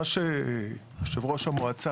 מה שיושב ראש המועצה,